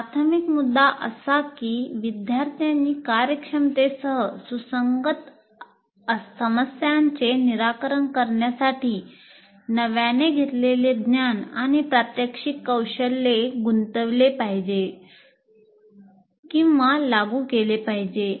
प्राथमिक मुद्दा असा कि विद्यार्थ्यांनी कार्यक्षमतेसह सुसंगत समस्यांचे निराकरण करण्यासाठी नव्याने घेतलेले ज्ञान आणि प्रात्यक्षिक कौशल्य गुंतवले पाहिजे किंवा लागू केले पाहिजे